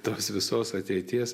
tos visos ateities